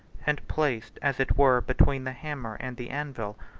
and placed as it were between the hammer and the anvil,